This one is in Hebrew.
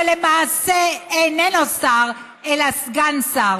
שלמעשה איננו שר אלא סגן שר,